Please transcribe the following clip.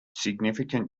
significant